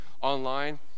online